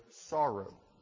sorrow